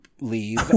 leave